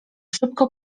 szybko